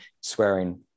swearing